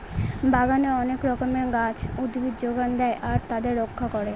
বাগানে অনেক রকমের গাছ, উদ্ভিদ যোগান দেয় আর তাদের রক্ষা করে